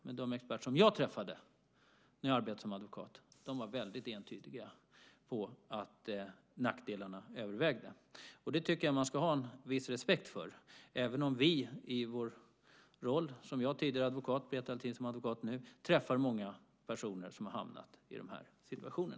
Men de experter som jag träffade när jag arbetade som advokat var väldigt entydiga med att nackdelarna övervägde. Det tycker jag att man ska ha en viss respekt för även om vi i vår roll, jag som tidigare advokat och Peter Althin som advokat nu, träffar många personer som har hamnat i dessa situationer.